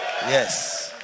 yes